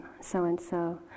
so-and-so